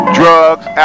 drugs